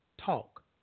Talk